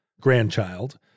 grandchild